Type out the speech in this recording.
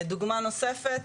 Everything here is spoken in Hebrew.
דוגמא נוספת